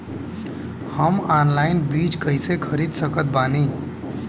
हम ऑनलाइन बीज कइसे खरीद सकत बानी?